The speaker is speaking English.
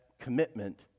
commitment